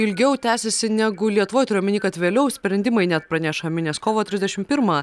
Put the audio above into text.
ilgiau tęsiasi negu lietuvoj turiu omeny kad vėliau sprendimai net pranešami nes kovo trisdešim pirmą